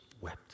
wept